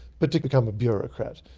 but to become a bureaucrat.